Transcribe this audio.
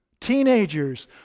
Teenagers